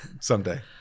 someday